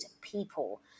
people